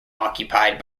occupied